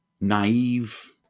naive